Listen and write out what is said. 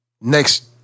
Next